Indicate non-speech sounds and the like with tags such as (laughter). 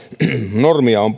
normia millä on (unintelligible)